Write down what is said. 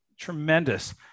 Tremendous